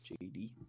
JD